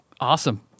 awesome